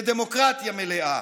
לדמוקרטיה מלאה.